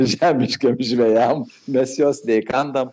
žemiškiem žvejam mes jos neįkandam